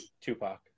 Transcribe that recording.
Tupac